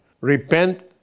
Repent